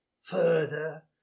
further